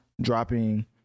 dropping